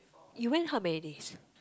you went how many days